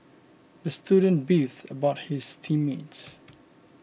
the student beefed about his team mates